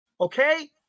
okay